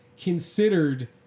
considered